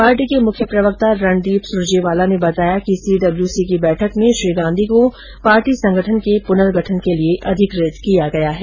party के मुख्य प्रवक्ता रणदीप सुरजेवाला ने बताया कि सीडब्ल्यूसी की बैठक में श्री गांधी को पार्टी संगठन के प्नगर्ठन के लिए अधिकृत किया गया है